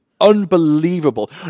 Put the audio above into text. unbelievable